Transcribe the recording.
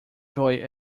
joy